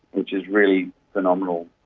which is really phenomenal.